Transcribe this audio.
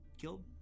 killed